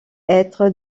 être